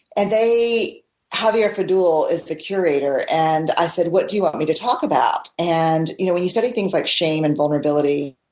and javier fadul is the curator and i said, what do you want me to talk about? and you know when you study things like shame and vulnerability,